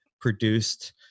produced